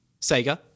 Sega